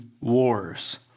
wars